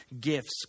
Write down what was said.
gifts